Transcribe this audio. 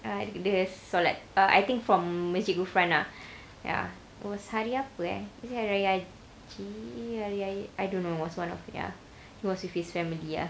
dia solat err I think from masjid ghufran ah ya it was hari apa eh was hari raya haji I I don't know it was one of ya he was with his family ah